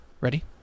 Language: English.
ready